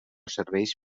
serveis